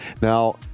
Now